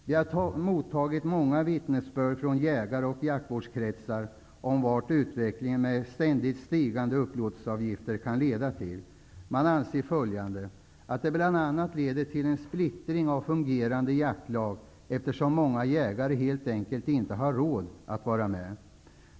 Vi har mottagit många vittnesbörd från jägare och jaktvårdskretsar om vart denna utveckling med ständigt stigande upplåtelseavgifter kan leda till. Man anser följande: Det leder bl.a. till en splittring av fungerande jaktlag, eftersom många jägare helt enkelt inte har råd att vara med.